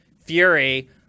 Fury